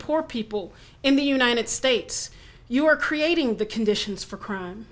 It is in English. poor people in the united states you are creating the conditions for crime